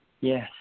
Yes